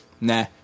nah